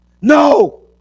No